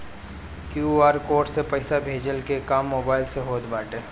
QR code से पईसा भेजला के काम मोबाइल से होत बाटे